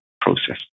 process